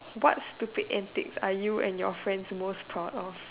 what stupid antics are you and your friends most proud of